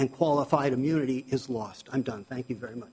and qualified immunity is lost i'm done thank you very much